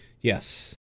yes